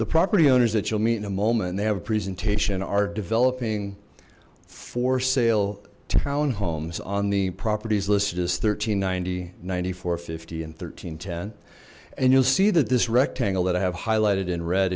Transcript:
the property owners that you'll meet in a moment they have a presentation are developing for sale townhomes on the properties listed as thirteen ninety ninety four fifty and thirteen ten and you'll see that this rectangle that i have highlighted in red